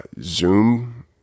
Zoom